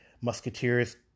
musketeers